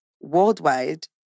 worldwide